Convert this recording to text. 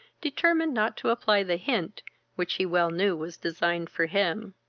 determined not to apply the hint which he well knew was designed for him.